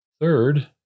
Third